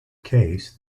case